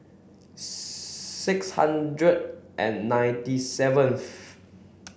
six hundred and ninety seventh